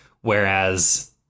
whereas